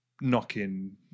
knocking